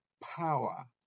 power